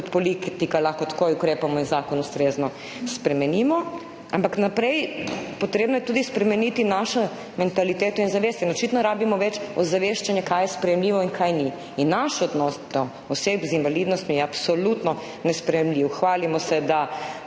politika takoj ukrepamo in zakon ustrezno spremenimo. Ampak naprej je potrebno tudi spremeniti našo mentaliteto in zavest. In očitno rabimo več ozaveščanja, kaj je sprejemljivo in kaj ni. Naš odnos do oseb z invalidnostmi je absolutno nesprejemljiv. Hvalimo se, da